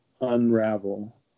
unravel